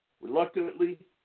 Reluctantly